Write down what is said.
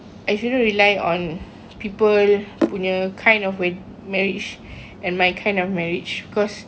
I shouldn't rely on people punya kind of wed~ marriage and my kind of marriage cause